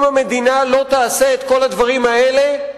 אם המדינה לא תעשה את כל הדברים האלה,